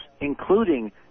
including